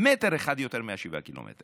מטר אחד יותר מנ-7 קילומטר,